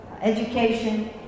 education